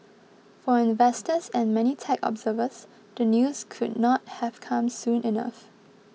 for investors and many tech observers the news could not have come soon enough